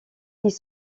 ils